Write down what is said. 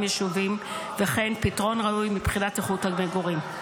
יישובים וכן פתרון ראוי מבחינת איכות המגורים.